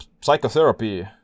Psychotherapy